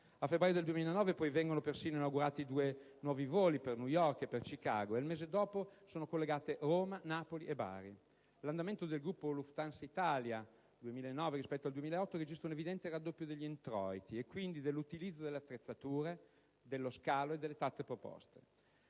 A febbraio 2009 poi vengono persino inaugurati due nuovi voli per New York e per Chicago, ed il mese dopo ecco collegate Roma, Napoli e Bari. L'andamento del gruppo Lufthansa Italia 2009 rispetto al 2008 registra un evidente raddoppio degli introiti, e quindi dell'utilizzo delle attrezzature, dello scalo, delle tratte proposte.